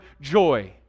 joy